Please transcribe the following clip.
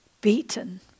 Beaten